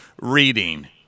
reading